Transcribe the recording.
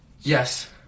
Yes